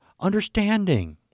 understanding